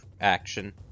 action